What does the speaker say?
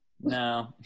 No